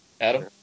Adam